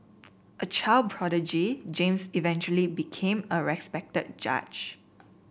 a child prodigy James eventually became a respected judge